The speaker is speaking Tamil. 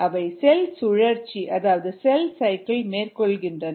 அவை செல் சுழற்சி அதாவது செல் சைக்கிள் மேற்கொள்கின்றன